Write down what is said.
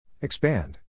Expand